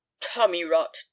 Tommy-rot